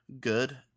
good